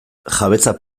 jabetza